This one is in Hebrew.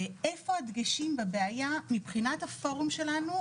איפה הדגשים בבעיה מבחינת הפורום שלנו,